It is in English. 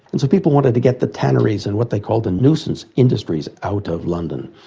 and so people wanted to get the tanneries and what they called the nuisance industries out of london.